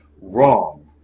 wrong